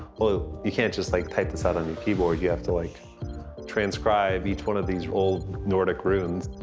well, you can't just like type this out on your keyboard, you have to like transcribe each one of these old nordic runes.